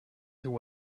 there